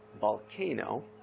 volcano